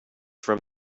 from